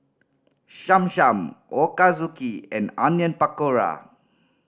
Cham Cham Ochazuke and Onion Pakora